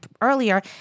earlier